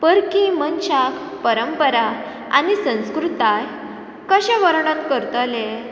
परकी मनशाक परंपरा आनी संस्कृताय कशें वर्णन करतले